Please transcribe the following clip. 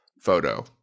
photo